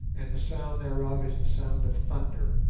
and the sound thereof is the sound of thunder